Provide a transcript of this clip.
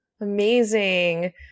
Amazing